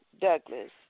Douglas